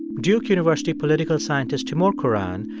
duke university political scientist timur kuran,